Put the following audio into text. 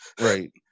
right